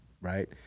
right